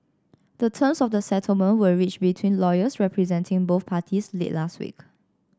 the terms of the settlement were reached between lawyers representing both parties late last week